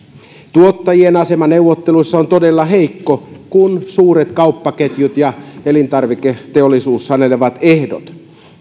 tuottajien asema neuvotteluissa on todella heikko kun suuret kauppaketjut ja elintarviketeollisuus sanelevat ehdot